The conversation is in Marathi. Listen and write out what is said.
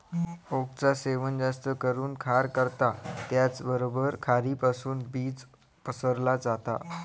ओकचा सेवन जास्त करून खार करता त्याचबरोबर खारीपासुन बीज पसरला जाता